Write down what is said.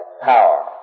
power